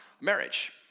marriage